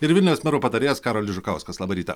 ir vilniaus mero patarėjas karolis žukauskas labą rytą